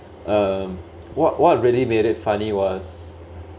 um what what really made it funny was